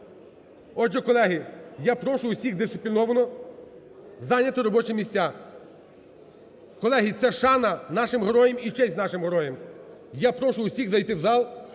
Отже, колеги, я прошу всіх дисципліновано зайняти робочі місця. Колеги, це шана нашим героям і честь нашим героям. Я прошу всіх зайти в зал,